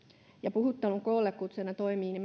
puhuttelun koollekutsujana toimii